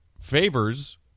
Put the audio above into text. Favors